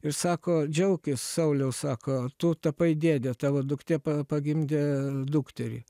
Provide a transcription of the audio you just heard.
ir sako džiaukis sauliau sako tu tapai dėdė tavo duktė pa pagimdė dukterį